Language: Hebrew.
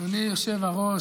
אדוני היושב-ראש,